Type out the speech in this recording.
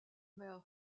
mer